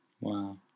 Wow